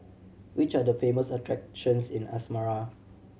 which are the famous attractions in Asmara